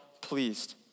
pleased